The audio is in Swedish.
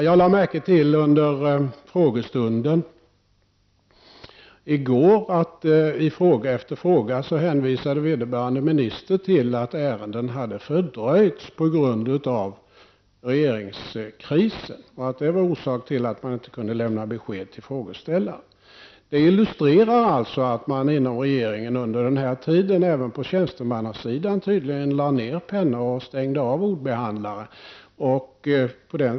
Jag lade under frågestunden i går märke till att vederbörande minister i fråga efter fråga hänvisade till att ärenden hade fördröjts på grund av regeringskrisen. Detta var orsaken till att man inte kunde lämna besked till frågeställaren. Detta förhållande illustrerar att man inom olika funktioner i rege ringskansliet, alltså även på tjänstemannaplanet, tydligen lade ned pennor och stängde av ordbehandlare.